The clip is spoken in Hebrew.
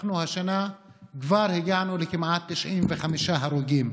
השנה אנחנו כבר הגענו כמעט ל-95 הרוגים.